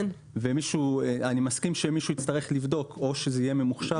אני מסכים שמישהו יצטרך לבדוק או שזה יהיה ממוחשב.